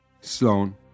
Sloan